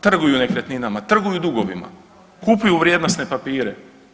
Trguju nekretninama, trguju dugovima, kupuju vrijednosne papire.